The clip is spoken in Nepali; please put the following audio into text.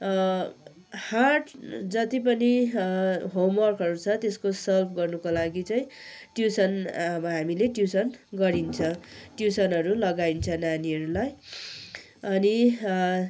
हार्ड जति पनि होमवर्कहरू छ त्यसको सल्भ गर्नुको लागि चाहिँ ट्युसन अब हामीले ट्युसन गरिन्छ ट्युसनहरू लगाइन्छ नानीहरूलाई अनि